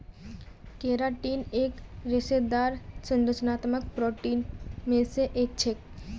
keratin एक रेशेदार संरचनात्मक प्रोटीन मे स एक छेक